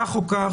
כך או כך,